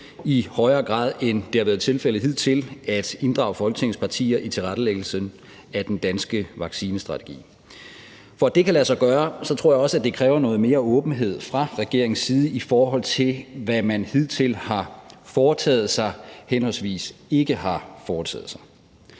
i højere grad, end det har været tilfældet hidtil, at inddrage Folketingets partier i tilrettelæggelsen af den danske vaccinestrategi. For at det kan lade sig gøre, tror jeg, det kræver noget mere åbenhed fra regeringens side, i forhold til hvad man hidtil henholdsvis har foretaget sig og ikke har foretaget sig.